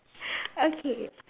okay